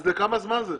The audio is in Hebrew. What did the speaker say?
אז לכמה זמן זה?